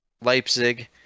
Leipzig